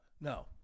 No